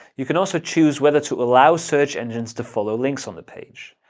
you can also choose whether to allow search engines to follow links on the page.